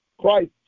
Christ